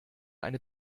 eine